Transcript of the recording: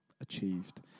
achieved